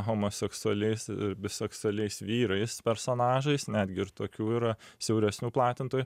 homoseksualiais biseksualiais vyrais personažais netgi ir tokių yra siauresnių platintojų